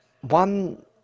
one